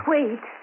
Wait